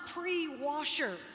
pre-washer